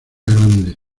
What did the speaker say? grande